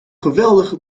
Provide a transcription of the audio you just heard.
geweldige